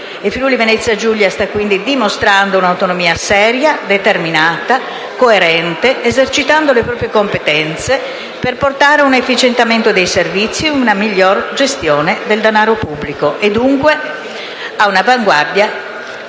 Il Friuli-Venezia Giulia sta quindi dimostrando un'autonomia seria, determinata e coerente, esercitando le proprie competenze per portare ad un efficientamento dei servizi e ad una migliore gestione del denaro pubblico. Il Friuli-Venezia